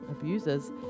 abusers